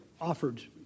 offered